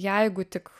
jeigu tik